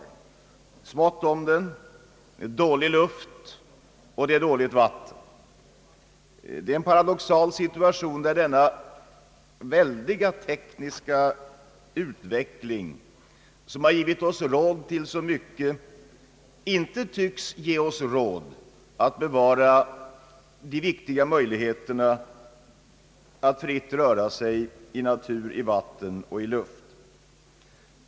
Det är smått om den, det är dålig luft och det är dåligt vatten. Det är en paradoxal situation, att när vår tids väldiga tekniska utveckling har givit oss råd till så mycket, så tycks den inte ge oss råd att bevara de viktiga möjligheterna att fritt röra oss i natur, 1 vatten och i luft.